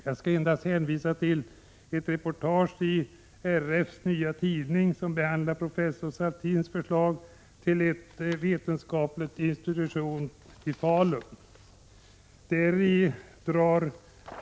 Jag skall endast hänvisa till ett reportage i Riksidrottsförbundets nya tidning som behandlar professor Saltins förslag till ett vetenskapligt institut i Falun.